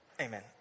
Amen